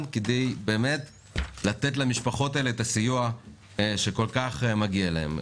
כדי לתת למשפחות האלה את הסיוע שכל כך מגיע להן.